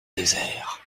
désert